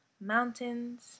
mountains